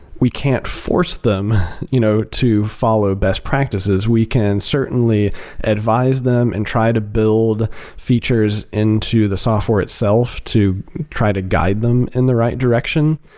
we can't force them you know to follow best practices. we can certainly advise them and try to build features into the software itself to try to guide them in the right direction.